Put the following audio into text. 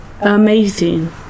Amazing